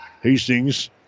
Hastings